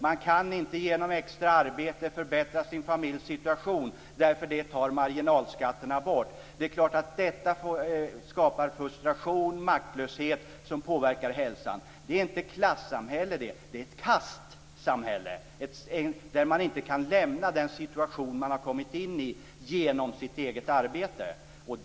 Man kan inte genom extra arbete förbättra sin familjs situation. Det man tjänar tar marginalskatterna bort. Det är klart att detta skapar frustration och maktlöshet som påverkar hälsan. Det är inte ett klassamhälle - det är ett kastsamhälle, där man inte genom eget arbete kan lämna den situation man hamnat i.